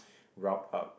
round up